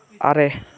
ᱟᱨᱮ